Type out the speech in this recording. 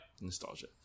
Nostalgia